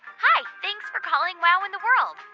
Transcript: hi. thanks for calling wow in the world.